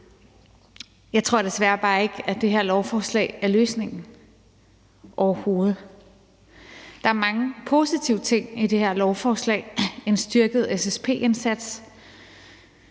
Jeg tror desværre bare overhovedet ikke, at det her lovforslag er løsningen. Der er mange positive ting i det her lovforslag. Der er en styrket SSP-indsats,